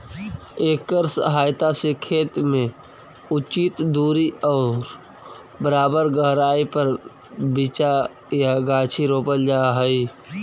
एकर सहायता से खेत में उचित दूरी और बराबर गहराई पर बीचा या गाछी रोपल जा हई